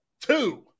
two